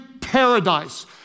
paradise